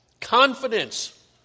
confidence